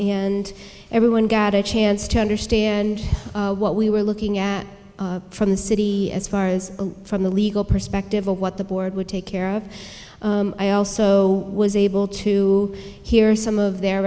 and everyone got a chance to understand what we were looking at from the city as far as from the legal perspective what the board would take care of i also was able to hear some of their